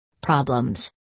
Problems